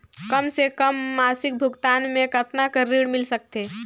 कम से कम मासिक भुगतान मे कतना कर ऋण मिल सकथे?